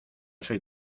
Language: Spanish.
soy